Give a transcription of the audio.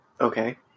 Okay